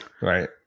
Right